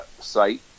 site